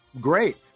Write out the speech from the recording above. great